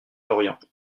lorient